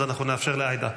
אז אנחנו נאפשר לעאידה,